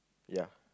ya